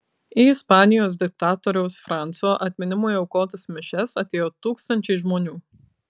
į ispanijos diktatoriaus franco atminimui aukotas mišias atėjo tūkstančiai žmonių